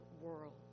world